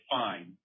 fine